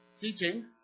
teaching